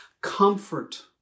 Comfort